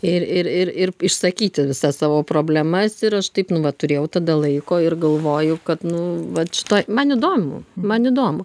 ir ir ir ir išsakyti visas savo problemas ir aš taip nu vat turėjau tada laiko ir galvoju kad nu vat šitoj man įdomu man įdomu